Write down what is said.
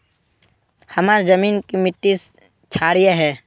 हमार जमीन की मिट्टी क्षारीय है?